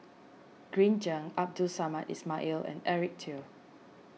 Green Zeng Abdul Samad Ismail and Eric Teo